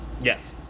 yes